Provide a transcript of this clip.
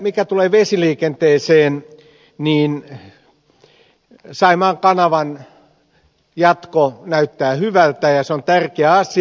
mitä tulee vesiliikenteeseen niin saimaan kanavan jatko näyttää hyvältä ja se on tärkeä asia